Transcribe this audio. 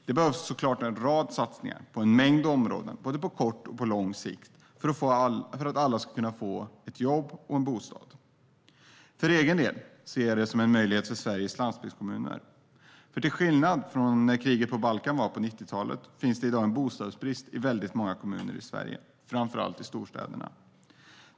Det behövs såklart en rad satsningar inom en mängd områden, både på kort och på lång sikt, för att alla ska kunna få ett jobb och en bostad. För egen del ser jag det som en möjlighet för Sveriges landsbygdskommuner, för till skillnad från när kriget på Balkan ägde rum på 90-talet finns det i dag bostadsbrist i väldigt många kommuner i Sverige - framför allt i storstäderna.